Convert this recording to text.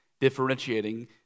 differentiating